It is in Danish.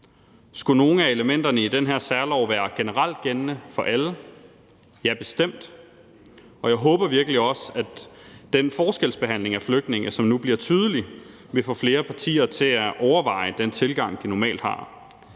Skulle nogle af elementerne i den her særlov være generelt gældende for alle? Ja, bestemt. Og jeg håber virkelig også, at den forskelsbehandling af flygtninge, som nu bliver tydelig, vil få flere partier til at overveje den tilgang, de normalt har.